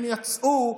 הם יצאו.